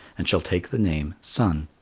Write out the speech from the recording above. and shall take the name sun.